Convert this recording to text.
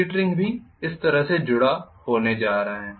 split ring भी इस तरह से जुड़ा होने जा रहा है